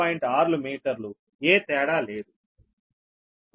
6 మీటర్లు ఏ తేడా లేదు